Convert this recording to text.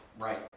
right